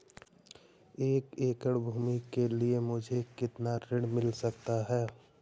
एक एकड़ भूमि के लिए मुझे कितना ऋण मिल सकता है?